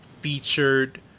featured